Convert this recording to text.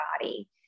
body